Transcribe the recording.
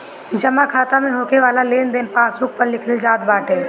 जमा खाता में होके वाला लेनदेन पासबुक पअ लिखल जात बाटे